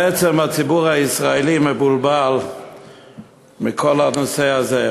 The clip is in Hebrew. בעצם הציבור הישראלי מבולבל מכל הנושא הזה.